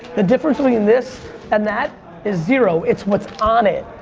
the difference between this and that is zero, it's what's on it.